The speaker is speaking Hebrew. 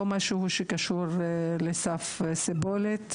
לא משהו שקשור לסף סיבולת,